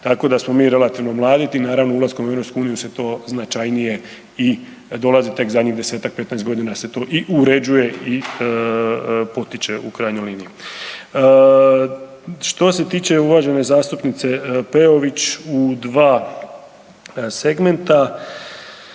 Tako da smo mi relativno mladi, tim naravno ulaskom u EU se to značajnije i dolazi tek zadnjih 10-tak 15.g. se to i uređuje i potiče u krajnjoj liniji. Što se tiče uvažene zastupnice Peović, u dva segmenta,